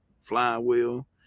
flywheel